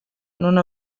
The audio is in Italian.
non